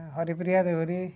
Haripriya Dehury